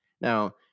now